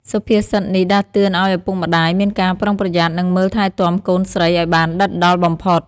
សុភាសិតនេះដាស់តឿនឱ្យឪពុកម្ដាយមានការប្រុងប្រយ័ត្ន និងមើលថែទាំកូនស្រីឱ្យបានដិតដល់បំផុត។